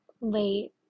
late